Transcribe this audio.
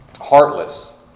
heartless